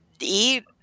eat